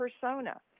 persona